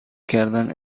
کردن